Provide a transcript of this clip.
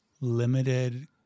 limited